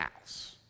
house